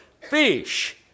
fish